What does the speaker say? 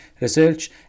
research